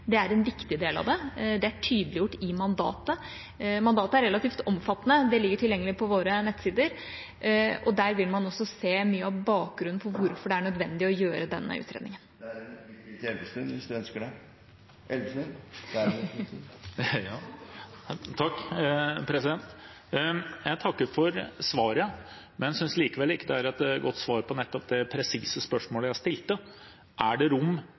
også som en del av landmaktutredningen. Det er en viktig del av det. Det er tydeliggjort i mandatet. Mandatet er relativt omfattende. Det ligger tilgjengelig på våre nettsider. Der vil man også se mye av bakgrunnen for hvorfor det er nødvendig å gjøre denne utredningen. Jeg takker for svaret, men synes likevel ikke det er et godt svar på nettopp det presise spørsmålet jeg stilte. Er det rom